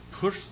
push